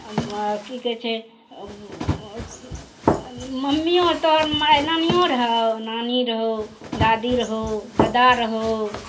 अब वहाँ कि कहै छै अब उँ अऽ मम्मिओ तोहर माइ नानिओ रहौ नानी रहौ दादी रहौ ददा रहौ